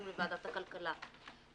שקל אחד יעלה,